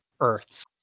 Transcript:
Earths